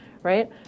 right